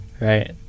Right